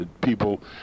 people